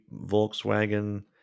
Volkswagen